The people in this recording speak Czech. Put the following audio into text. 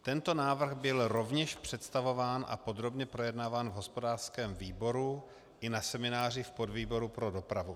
Tento návrh byl rovněž představován a podrobně projednáván v hospodářském výboru i na semináři v podvýboru pro dopravu.